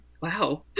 wow